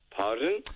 Pardon